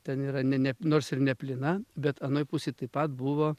ten yra ne ne nors ir ne plyna bet anoj pusėj taip pat buvo